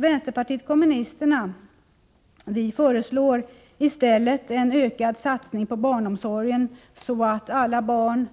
Vänsterpartiet kommunisterna föreslår i stället en ökad satsning på barnomsorg, så att alla barn